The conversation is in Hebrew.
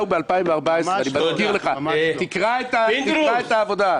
אני מבקש להשאיר את זה באוויר ללא תגובות.